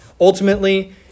ultimately